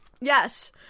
yes